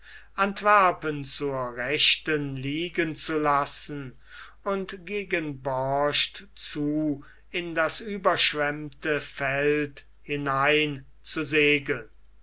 antwerpen zur rechten liegen zu lassen und gegen borcht zu in das überschwemmte feld hinein zu segeln